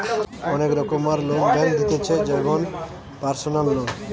অনেক রোকমকার loan bank দিতেছে যেমন পারসনাল লোন